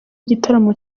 igitaramo